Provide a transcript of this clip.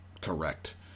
correct